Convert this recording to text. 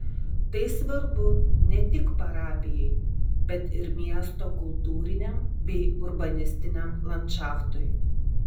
tai svarbu ne tik parapijai bet ir miesto kultūriniam bei urbanistiniam landšaftui